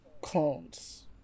Clones